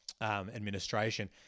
administration